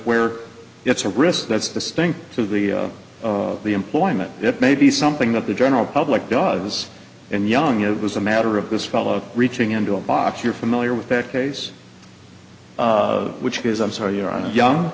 where it's a risk that's the stink of the the employment it may be something that the general public does and young it was a matter of this fellow reaching into a box you're familiar with that case which is i'm sorry you're